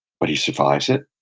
but he survives it,